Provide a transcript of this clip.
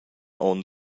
onn